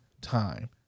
time